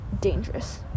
dangerous